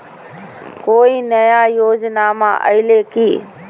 कोइ नया योजनामा आइले की?